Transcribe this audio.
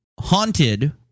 haunted